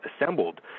assembled